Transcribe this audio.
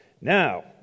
Now